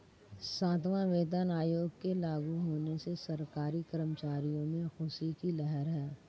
सातवां वेतन आयोग के लागू होने से सरकारी कर्मचारियों में ख़ुशी की लहर है